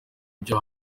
byo